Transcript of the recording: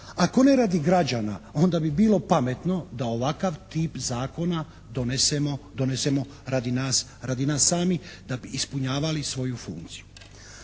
ako ne radi građana, onda bi bilo pametno da ovakav tip zakona donesemo radi nas samih da bi ispunjavali svoju funkciju.